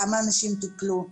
כמה אנשים טופלו,